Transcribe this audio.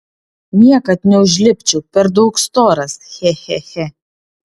niekad neužlipčiau per daug storas che che che